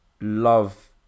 love